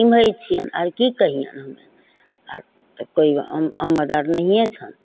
निमहै छियनि आर की कहियनि हमे आर तऽ कोइ आम् आमद आर नहिए छनि